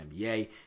NBA